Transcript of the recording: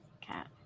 cat